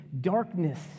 darkness